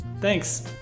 Thanks